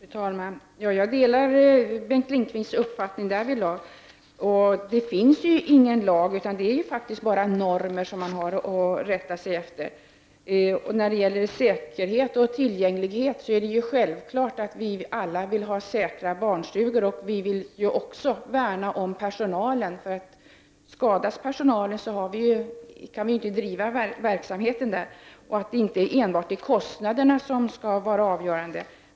Fru talman! Jag delar Bengt Lindqvist uppfattning därvidlag. Det finns ju faktiskt ingen lag om detta, utan det är bara normer som man har att rätta sig efter. När det gäller frågan om säkerhet och tillgänglighet är det självklart att vi alla vill ha säkra barnstugor, och vi vill också värna om personalen. Om personalen skadas kan man inte fortsätta att bedriva någon verksamhet. Det är inte enbart kostnaderna som skall vara avgörande.